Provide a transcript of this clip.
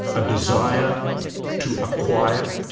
a desire to acquire,